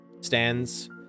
stands